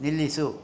ನಿಲ್ಲಿಸು